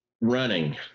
running